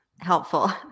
helpful